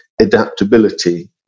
adaptability